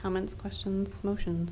comments questions motion